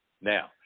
Now